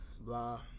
blah